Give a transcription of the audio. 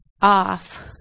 off